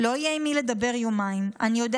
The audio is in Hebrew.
לא יהיה עם מי לדבר יומיים.